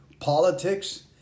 politics